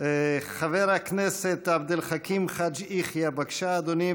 חבר הכנסת עבד אל חכים חאג' יחיא, בבקשה, אדוני.